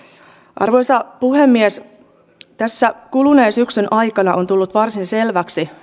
arvoisa puhemies tässä kuluneen syksyn aikana on tullut varsin selväksi